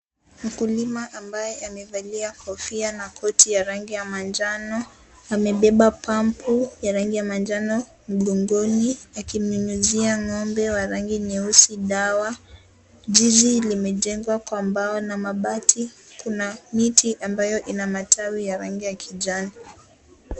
Mkulima ambaye amevalia kofia na koti rangi ya manjano amebeba pampu ya rangi manjano mgongoni akimyunyizia ngombe wa rangi nyeusi dawa . Zizi limejengwa kwa mbao na mabati, kuna miti ambayo ina rangi ya kijani .